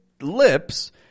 lips